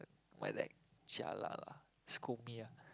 my dad jialat lah scold me ah